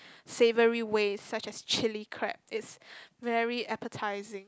savoury ways such as chilli crab it's very appetising